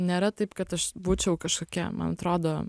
nėra taip kad aš būčiau kažkokia man atrodo